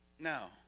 now